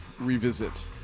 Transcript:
revisit